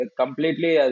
completely